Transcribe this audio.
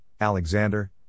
Alexander